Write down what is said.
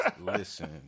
listen